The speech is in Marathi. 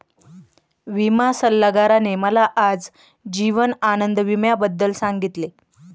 विमा सल्लागाराने मला आज जीवन आनंद विम्याबद्दल सांगितले